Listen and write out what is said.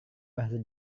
bahasa